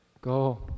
Go